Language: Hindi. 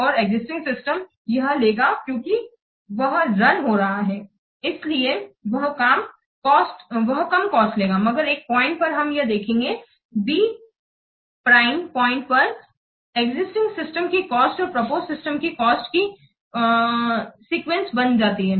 और एक्जिस्टिंग सिस्टम यह लेगा क्योंकि वह रन हो रहा है इसलिए वह कम कॉस्ट लेगा मगर एक पॉइंट पर हम यह देखेंगे B प्राइम पॉइंट पर एक्जिस्टिंग सिस्टम की कॉस्ट और प्रपोज सिस्टम की कॉस्ट सीक्वेंस बन जाती है